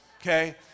okay